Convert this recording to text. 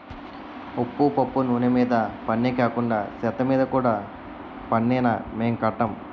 ఉప్పు పప్పు నూన మీద పన్నే కాకండా సెత్తమీద కూడా పన్నేనా మేం కట్టం